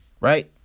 Right